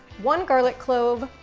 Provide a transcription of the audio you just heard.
one garlic clove,